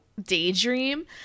daydream